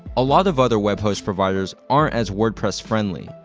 a lot of other web host providers aren't as wordpress friendly,